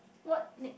what nick